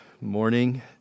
morning